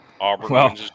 Auburn